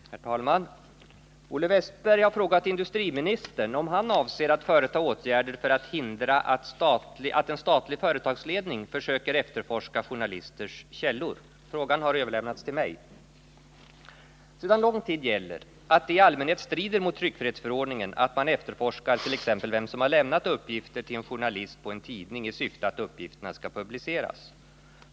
Herr talman! Olle Wästberg i Stockholm har frågat industriministern om han avser att företa åtgärder för att hindra att en statlig företagsledning försöker efterforska journalisters källor. Frågan har överlämnats till mig. Sedan lång tid gäller att det i allmänhet strider mot tryckfrihetsförordningen att man efterforskar t.ex. vem som har lämnat uppgifter till en journalist på en tidning i syfte att uppgifterna skall publiceras.